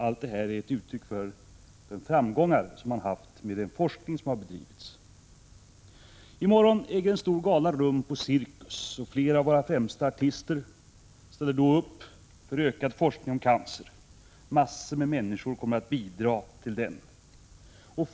Allt det här är uttryck för framgångar som man har haft med den forskning som bedrivits. I morgon äger en stor gala rum på Cirkus i Helsingfors. Flera av våra främsta artister ställer då upp för ökad forskning om cancer. Massor av människor kommer att bidra till den insamling som görs.